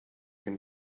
can